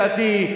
לדעתי,